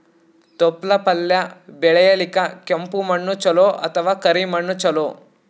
ತೊಪ್ಲಪಲ್ಯ ಬೆಳೆಯಲಿಕ ಕೆಂಪು ಮಣ್ಣು ಚಲೋ ಅಥವ ಕರಿ ಮಣ್ಣು ಚಲೋ?